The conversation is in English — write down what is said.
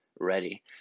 ready